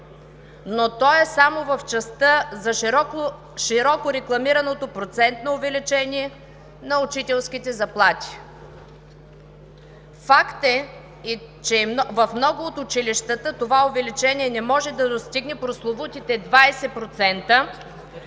но то е само в частта за широко рекламираното процентно увеличение на учителските заплати. Факт е, че в много от училищата това увеличение не може да достигне прословутите 20%,